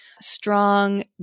strong